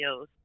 videos